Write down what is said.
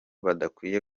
badakwiye